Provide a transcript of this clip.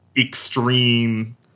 extreme